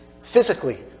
physically